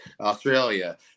Australia